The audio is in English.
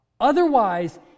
Otherwise